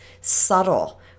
subtle